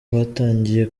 batangiye